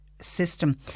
system